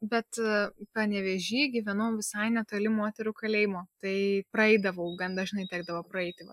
bet panevėžy gyvenau visai netoli moterų kalėjimo tai praeidavau gan dažnai tekdavo praeiti